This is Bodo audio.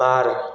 बार